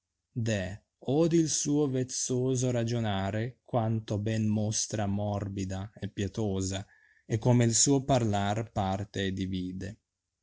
odi il suo teszoso ragionare quaoto ben mostra morbida e pietosa come il sno parlar parte e divide